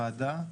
ועדה,